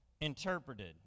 interpreted